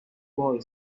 boy